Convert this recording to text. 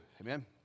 Amen